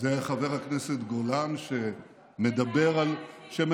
זה היה חבר הכנסת גולן, שמדבר על, מזהה תהליכים.